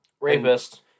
Rapist